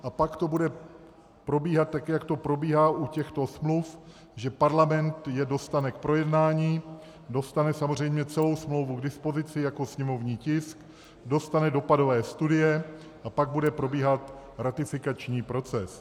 A pak to bude probíhat tak, jak to probíhá u těchto smluv, že Parlament je dostane k projednání, dostane samozřejmě celou smlouvu k dispozici jako sněmovní tisk, dostane dopadové studie, a pak bude probíhat ratifikační proces.